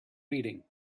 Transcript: reading